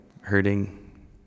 hurting